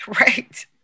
Right